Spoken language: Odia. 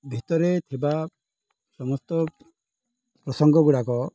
ଭିତରେ ଥିବା ସମସ୍ତ ପ୍ରସଙ୍ଗ ଗୁଡ଼ାକ